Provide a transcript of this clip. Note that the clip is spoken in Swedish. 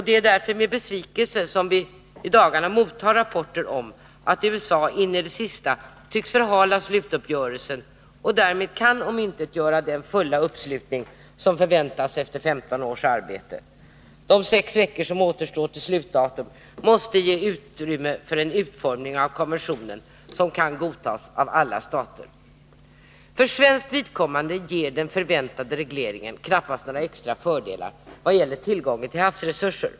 Det är därför med besvikelse som vi i dagarna mottar rapporter om att USA in i det sista tycks förhala slutuppgörelsen och därmed kan omintetgöra den fulla uppslutning som förväntas efter 15 års arbete. De sex veckor som återstår till slutdatum måste ge utrymme för en utformning av konventionen som kan godtas av alla stater. För svenskt vidkommande ger den förväntade regleringen knappast några extra fördelar vad gäller tillgången till havsresurser.